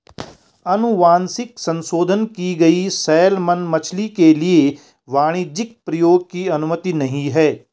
अनुवांशिक संशोधन की गई सैलमन मछली के लिए वाणिज्यिक प्रयोग की अनुमति नहीं है